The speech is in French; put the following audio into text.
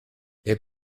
les